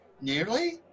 Nearly